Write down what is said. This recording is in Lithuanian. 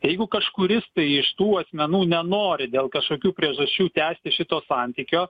jeigu kažkuris iš tų asmenų nenori dėl kažkokių priežasčių tęsti šito santykio